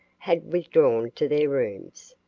had withdrawn to their rooms.